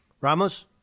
Ramos